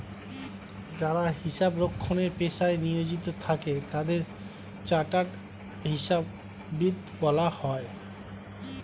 যারা হিসাব রক্ষণের পেশায় নিয়োজিত থাকে তাদের চার্টার্ড হিসাববিদ বলা হয়